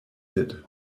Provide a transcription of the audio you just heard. hit